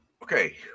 Okay